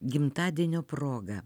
gimtadienio proga